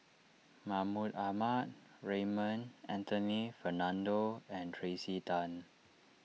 Mahmud Ahmad Raymond Anthony Fernando and Tracey Tan